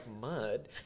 mud